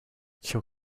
she’ll